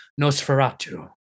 Nosferatu